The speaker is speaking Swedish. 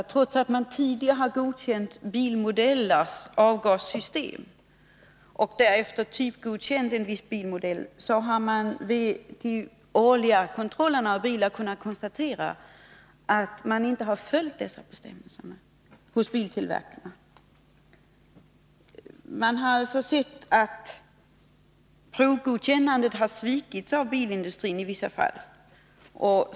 Trots att man tidigare har godkänt bilmodellers avgassystem och därefter typgodkänt vissa bilmodeller, så har man vid de årliga kontrollerna av bilar kunnat konstatera att dessa bestämmelser inte har följts av biltillverkarna. Det förtroende som provgodkännandet innebar har alltså svikits av bilindustrin i vissa fall.